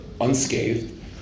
unscathed